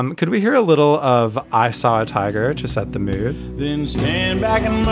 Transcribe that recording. um could we hear a little of. i saw a tiger to set the mood, then stand back and